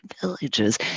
villages